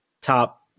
top